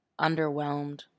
underwhelmed